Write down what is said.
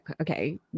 Okay